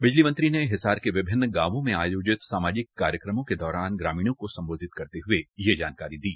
बिजली मंत्री ने हिसार के विभिन्न गांवों में आयोजित सामाजिक कार्यक्रमों के दौरान ग्रामीणों को संबोधित करते हुए जानकरी दी